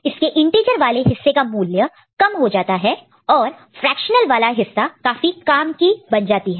इसके इंटीजर वाले हिस्से का मूल्य कम हो जाता है जाता है और फ्रेक्शनल वाला हिस्सा काफी काम की बन जाती है